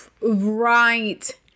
right